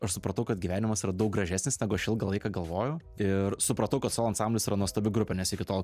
aš supratau kad gyvenimas yra daug gražesnis negu aš ilgą laiką galvojau ir supratau kad solo ansamblis yra nuostabi grupė nes iki tol